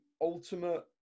ultimate